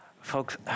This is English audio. Folks